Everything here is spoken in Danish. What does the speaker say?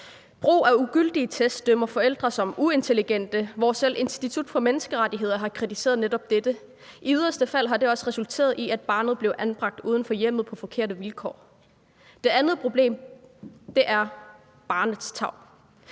brug af ugyldige test bliver forældre bedømt som uintelligente, og selv Institut for Menneskerettigheder har kritiseret netop dette. I yderste fald har det også resulteret i, at barnet blev anbragt uden for hjemmet på forkerte vilkår. Det andet problem er barnets tarv.